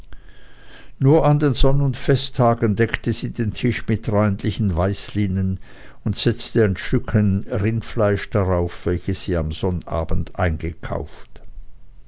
nur an den sonn und festtagen deckte sie den tisch mit reinlichem weißlinnen und setzte ein stückchen rindfleisch darauf welches sie am sonnabend eingekauft